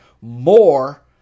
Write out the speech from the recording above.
more